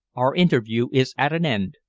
our interview is at an end,